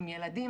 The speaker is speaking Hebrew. עם ילדים,